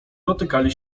dotykali